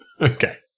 Okay